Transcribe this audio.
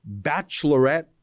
bachelorette